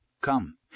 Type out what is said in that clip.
Come